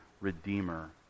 Redeemer